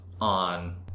on